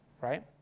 right